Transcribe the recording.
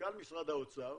מנכ"ל משרד אוצר,